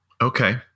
Okay